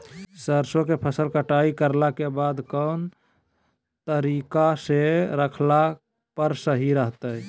सरसों के फसल कटाई करला के बाद कौन तरीका से रखला पर सही रहतय?